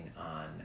on